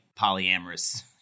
polyamorous